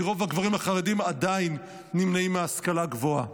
כי רוב הגברים החרדים עדיין נמנעים מההשכלה הגבוהה.